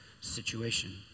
situation